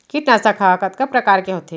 कीटनाशक ह कतका प्रकार के होथे?